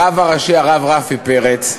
הרב הראשי, הרב רפי פרץ,